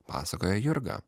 pasakoja jurga